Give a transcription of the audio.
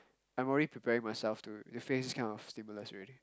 I am already preparing myself to face this kind of stimulus already